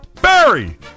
Barry